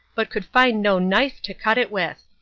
but could find no knife to cut it with.